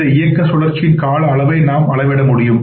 இந்தஇயக்கசுழற்சியின் கால அளவை நாம் அளவிட முடியும்